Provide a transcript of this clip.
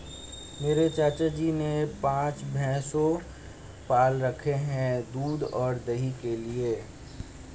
मेरे चाचा जी ने पांच भैंसे पाल रखे हैं दूध और दही के लिए